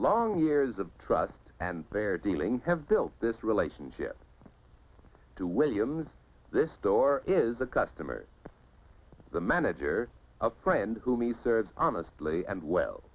long years of trust and their dealing have built this relationship to williams this door is the customer the manager of a friend who means there is honestly and well